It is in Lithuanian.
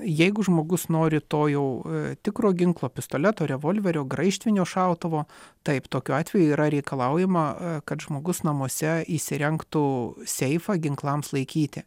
jeigu žmogus nori to jau tikro ginklo pistoleto revolverio graižtvinio šautuvo taip tokiu atveju yra reikalaujama kad žmogus namuose įsirengtų seifą ginklams laikyti